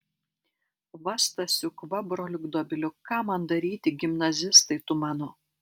va stasiuk va broliuk dobiliuk ką man daryti gimnazistai tu mano